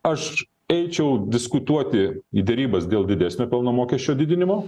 aš eičiau diskutuoti į derybas dėl didesnio pelno mokesčio didinimo